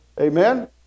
Amen